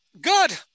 Good